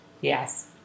Yes